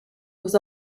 was